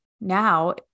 now